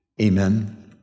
amen